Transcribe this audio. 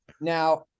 Now